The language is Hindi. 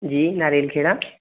जी नारियल खेड़ा